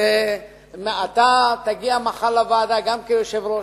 אתה תגיע מחר לוועדה גם כיושב-ראש,